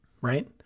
right